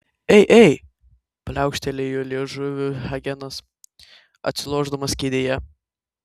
ei ei pliaukštelėjo liežuviu hagenas atsilošdamas kėdėje